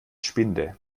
spinde